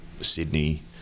Sydney